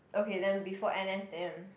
okay then before n_s then